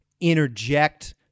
interject